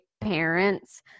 parents